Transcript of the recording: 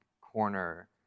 corner